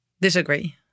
Disagree